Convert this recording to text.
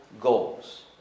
goals